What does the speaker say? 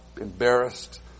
embarrassed